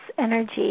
energy